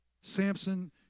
Samson